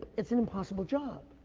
it's an impossible job.